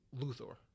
Luthor